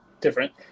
different